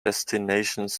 destinations